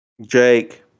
Jake